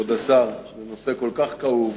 כבוד השר, זה נושא כל כך כאוב,